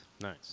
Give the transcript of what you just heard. nice